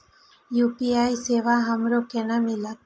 UPI सेवा हमरो केना मिलते?